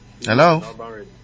hello